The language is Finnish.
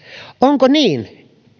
onko niin